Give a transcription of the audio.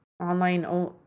online